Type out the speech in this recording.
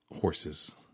horses